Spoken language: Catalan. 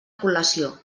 col·lació